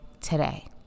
today